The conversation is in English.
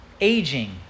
aging